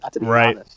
right